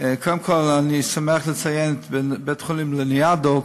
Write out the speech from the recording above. אני שמח לציין את בית-חולים לניאדו,